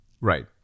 Right